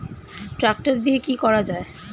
Tractor দিয়ে কি করা যায়?